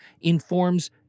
informs